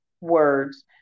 words